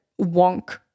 wonk